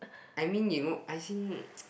I mean you know as in